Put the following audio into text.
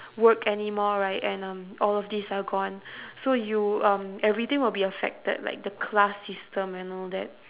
work anymore right and um all of these are gone so you um everything will be affected like the class system and all that